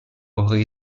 aurait